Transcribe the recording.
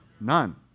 None